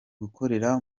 gukorera